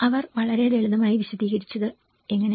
അവൻ വളരെ ലളിതമായി വിശദീകരിച്ചത് എങ്ങനെ